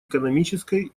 экономической